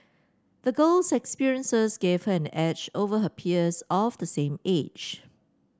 the girl's experiences gave her an edge over her peers of the same age